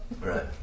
Right